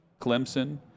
Clemson